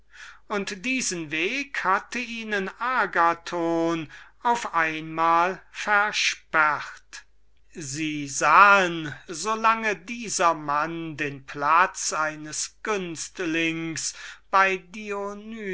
und diesen weg hatte ihnen agathon auf einmal versperrt sie sahen so lange dieser seltsame mann den platz eines günstlings bei